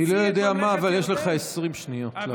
אני לא יודע מה, אבל יש לך 20 שניות לעשות.